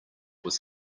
was